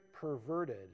perverted